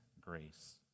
grace